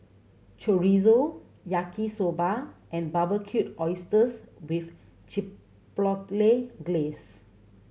Chorizo Yaki Soba and Barbecued Oysters with Chipotle Glaze